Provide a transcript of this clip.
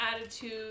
attitude